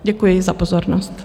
Děkuji za pozornost.